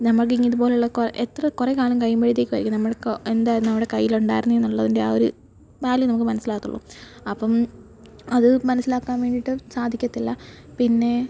നമ്മൾക്ക് ഇതുപോലെയുള്ള കൊ എത്ര കുറേ കാലം കഴിയുമ്പോഴത്തേക്ക് ആയിരിക്കും നമ്മള്ക്ക് കൊ എന്തായിരുന്നു നമ്മുടെ കൈയില് ഉണ്ടായിരുന്നത് ഉള്ളതിൻ്റെ ആ ഒരു വാല്യൂ നമുക്ക് മനസ്സിലാകത്തുള്ളു അപ്പം അതു മനസ്സിലാക്കാന് വേണ്ടിയിട്ട് സാധിക്കത്തില്ല പിന്നെ